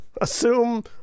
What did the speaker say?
assume